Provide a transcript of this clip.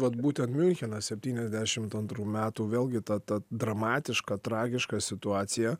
vat būtent miunchenas septyniasdešimt antrų metų vėlgi ta ta dramatiška tragiška situacija